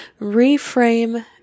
Reframe